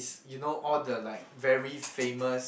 you know all the like very famous